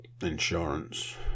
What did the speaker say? insurance